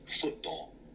football